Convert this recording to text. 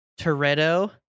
Toretto